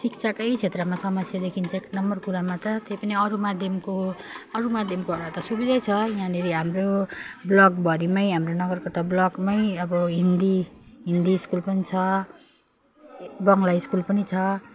शिक्षाकै क्षेत्रमा समस्या देखिन्छ एक नम्बर कुरामा छ त्यही पनि अरू माध्यमको अरू माध्यमकोहरू त सुविधै छ यहाँनेरि हाम्रो ब्लकभरिमै हाम्रो नगरकटा ब्लकमै अब हिन्दी हिन्दी स्कुल पनि छ बङ्गला स्कुल पनि छ